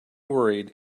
worried